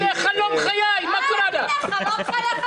זה חלום חיי, מה קרה לך...